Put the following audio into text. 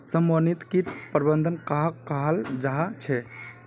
समन्वित किट प्रबंधन कहाक कहाल जाहा झे?